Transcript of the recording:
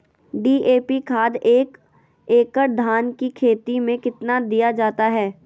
DAP खाद एक एकड़ धान की खेती में कितना दीया जाता है?